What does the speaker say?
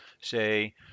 say